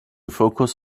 focus